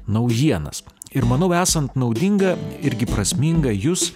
naujienas ir manau esant naudinga irgi prasminga jus